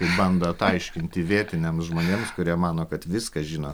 kai bandot aiškinti vietiniams žmonėms kurie mano kad viską žino